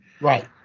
Right